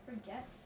forget